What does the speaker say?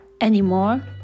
anymore